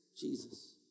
Jesus